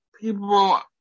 people